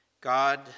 God